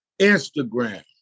Instagram